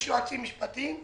יש יועצים משפטיים.